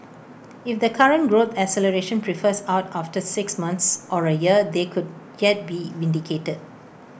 if the current growth acceleration prefers out after six months or A year they could yet be vindicated